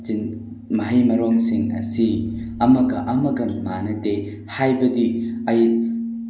ꯃꯍꯩ ꯃꯔꯣꯡꯁꯤꯡ ꯑꯁꯤ ꯑꯃꯒ ꯑꯃꯒ ꯃꯥꯟꯅꯗꯦ ꯍꯥꯏꯕꯗꯤ ꯑꯩ